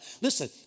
Listen